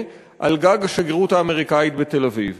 על גג השגרירות האמריקנית בתל-אביב.